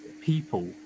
people